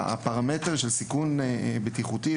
הפרמטר של סיכון בטיחותי,